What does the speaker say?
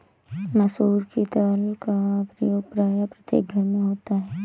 मसूर की दाल का प्रयोग प्रायः प्रत्येक घर में होता है